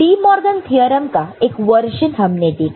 De Morgan theorem De Morgan's Theorem का एक version हमने देखा